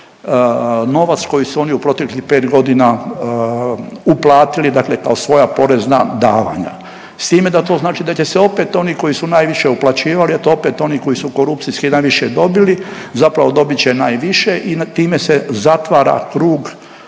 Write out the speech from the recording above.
novac koji su oni u proteklih pet godina uplatili kao svoja porezna davanja. S tim da to znači da će se opet oni koji su najviše uplaćivali, eto opet oni koji su korupcijski najviše dobili zapravo dobit će najviše i time se zatvara krug,